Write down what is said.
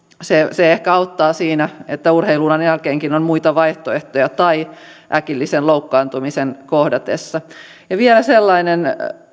se se ehkä auttaa siinä että urheilu uran jälkeenkin on muita vaihtoehtoja tai äkillisen loukkaantumisen kohdatessa vielä sellainen